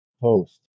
post